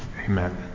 Amen